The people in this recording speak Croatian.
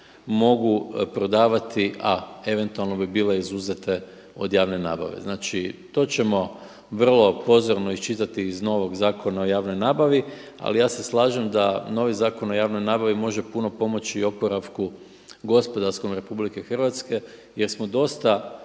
mogu prodavati, a eventualno bi bile izuzete od javne nabave. Znači, to ćemo vrlo pozorno iščitati iz novog Zakona o javnoj nabavi. Ali ja se slažem da novi Zakon o javnoj nabavi može puno pomoći i oporavku gospodarskom Republike Hrvatske jer smo dosta